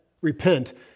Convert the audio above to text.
repent